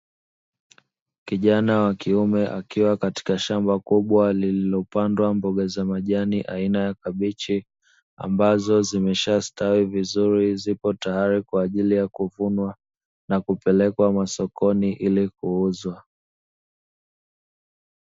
Kijana wa kiume akiwa katika shamba kubwa lililopandwa mboga za majani aina ya kabichi, ambazo zimeshastawi vizuri zipo tayari kwaajili ya kuvunwa na kupelekwa masokoni ili kuuzwa.